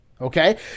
Okay